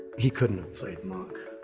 he couldn't have played monk.